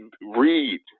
read